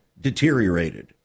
deteriorated